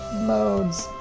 modes.